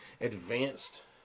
advanced